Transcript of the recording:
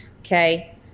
okay